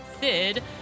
Sid